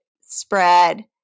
spread